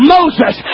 Moses